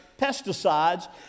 pesticides